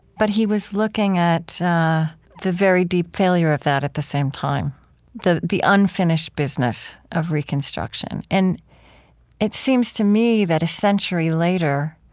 but he was looking at the very deep failure of that at the same time the the unfinished business of reconstruction. and it seems to me that a century later,